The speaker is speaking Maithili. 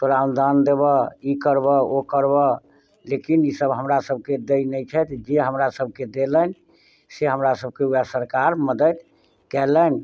तोरा अनुदान देबह ई करबह ओ करबह लेकिन ईसभ हमरासभके दैत नहि छथि जे हमरासभके देलनि से हमरासभके उएह सरकार मदति कयलनि